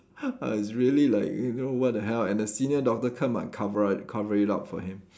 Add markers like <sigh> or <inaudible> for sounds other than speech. <laughs> I was really like you know what the hell and the senior doctor come and cover up cover it up for him